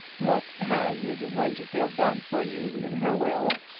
what has mrs. winterfield done for you in her will?